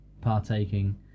partaking